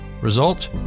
Result